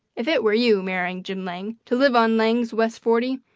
if it were you, marrying jim lang, to live on lang's west forty,